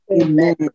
Amen